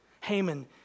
Haman